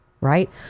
right